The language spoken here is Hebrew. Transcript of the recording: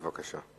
בבקשה.